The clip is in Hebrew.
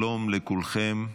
שלום לכולם.